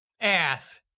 ass